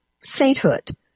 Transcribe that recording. sainthood